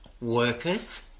workers